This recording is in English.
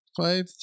five